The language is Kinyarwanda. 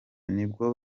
nibwo